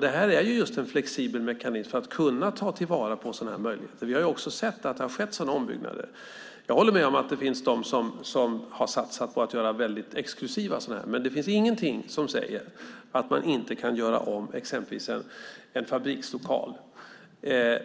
Det är en flexibel mekanism för att kunna ta vara på sådana här möjligheter. Vi har också sett att det har skett sådana ombyggnader. Jag håller med om att det finns de som har satsat på att göra väldigt exklusiva sådana här lägenheter, men det finns ingenting som säger att man inte kan göra om exempelvis en fabrikslokal